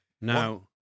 Now